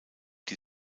die